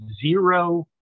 zero